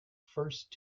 first